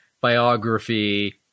biography